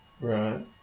Right